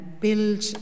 build